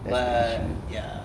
but ya